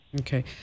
Okay